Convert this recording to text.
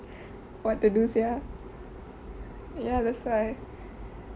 what to do sia ya that's why